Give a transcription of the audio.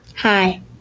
Hi